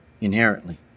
inherently